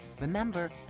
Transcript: Remember